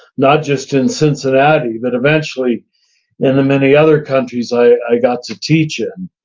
not just in cincinnati but eventually in the many other countries i got to teach in,